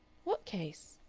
what case?